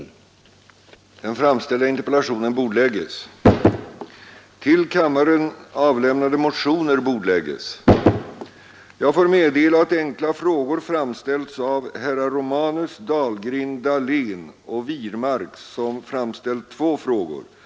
Med hänvisning till det anförda anhåller jag om kammarens tillstånd att till herr civilministern ställa följande fråga: